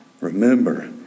Remember